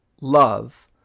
love